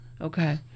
Okay